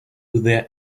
their